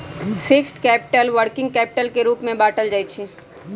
fixed capital, working capital के रूप में बाटल जाइ छइ